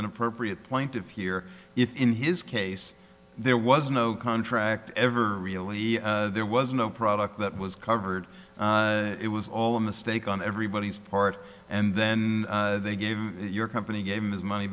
an appropriate point of here if in his case there was no contract ever really there was no product that was covered it was all a mistake on everybody's part and then they gave your company gave him his money